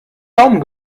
daumen